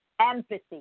empathy